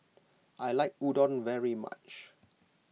I like Udon very much